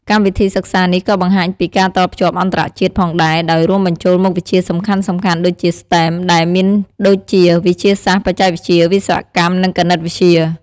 កម្មវិធីសិក្សានេះក៏បង្ហាញពី ការតភ្ជាប់អន្តរជាតិ ផងដែរ ដោយរួមបញ្ចូលមុខវិជ្ជាសំខាន់ៗដូចជា STEM ដែលមានដូចជា វិទ្យាសាស្ត្រ បច្ចេកវិទ្យា វិស្វកម្ម និងគណិតវិទ្យា។